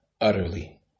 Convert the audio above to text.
utterly